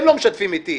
הם לא משתפים איתי.